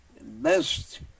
best